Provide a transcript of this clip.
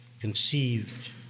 conceived